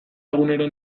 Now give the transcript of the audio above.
egunero